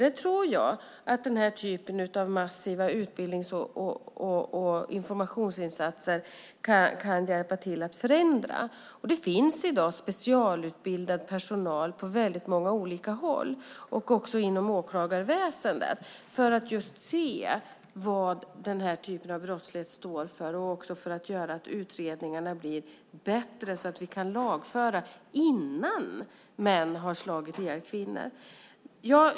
Jag tror att den här typen av massiva utbildnings och informationsinsatser kan hjälpa till att förändra detta. I dag finns det specialutbildad personal på väldigt många olika håll, och även inom åklagarväsendet, för att se vad den här typen brottslighet står för och för att göra att utredningarna blir bättre så att vi kan lagföra innan män har slagit ihjäl kvinnor.